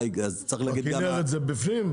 הכנרת בפנים?